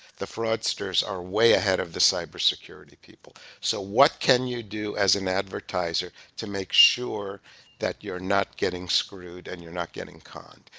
the fraudsters are way ahead of the cyber security people. so what can you do as an advertiser to make sure that you're not getting screwed and you're not getting caught?